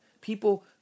People